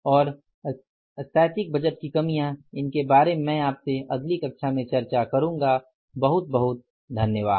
और static budget की कमियां इनके बारे में मैं आपसे अगली कक्षा में चर्चा करूँगा बहुत बहुत धन्यवाद